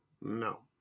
No